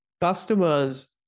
customers